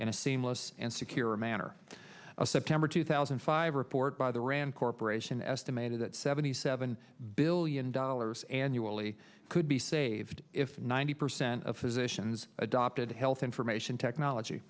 seamless and secure manner of september two thousand and five report by the rand corporation estimated that seventy seven billion dollars annually could be saved if ninety percent of physicians adopted health information technology